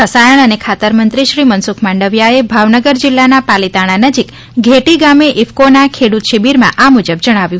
રસાયણ અને ખાતર મંત્રી શ્રી મનસુખ માંડવીયાએ ભાવનગર જિલ્લાના પાલીતાણા નજીક ઘેટી ગામે ઇફ્કોના ખેડૂત શિબિરમાં આ મુજબ જણાવ્યું